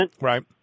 Right